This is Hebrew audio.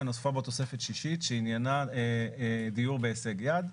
ונוספה בו תוספת שישית שעניינה דיור בהישג יד.